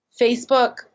Facebook